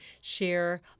share